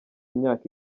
imyaka